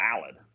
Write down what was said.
valid